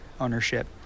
ownership